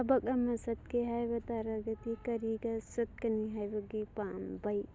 ꯊꯕꯛ ꯑꯃ ꯆꯠꯀꯦ ꯍꯥꯏꯕ ꯇꯥꯔꯒꯗꯤ ꯀꯔꯤꯗ ꯆꯠꯀꯅꯤ ꯍꯥꯏꯕꯒꯤ ꯄꯥꯃꯕꯩ